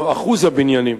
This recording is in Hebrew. או אחוז הבניינים,